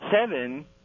seven